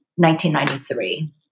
1993